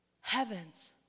Heaven's